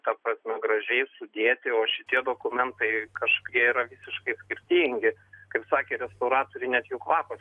ta prasme gražiai sudėti o šitie dokumentai kažkie yra visiškai skirtingi kaip sakė restauratoriai net jų kvapas